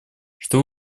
что